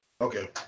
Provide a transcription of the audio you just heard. Okay